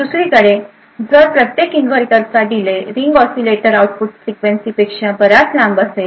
दुसरीकडे जर प्रत्येक इन्व्हर्टरचा डिले रिंग ऑसीलेटर आउटपुटच्या फ्रिक्वेन्सी पेक्षा बराच लांब असेल